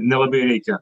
nelabai reikia